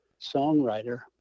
songwriter